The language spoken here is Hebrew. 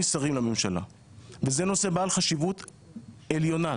שרים לממשלה וזה נושא בעל חשיבות עליונה.